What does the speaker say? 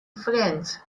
friends